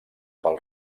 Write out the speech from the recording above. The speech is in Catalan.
pel